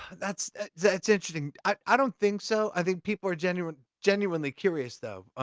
that's that's interesting. i don't think so. i think people are genuinely genuinely curious though.